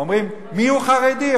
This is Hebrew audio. אומרים: מיהו חרדי?